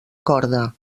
corda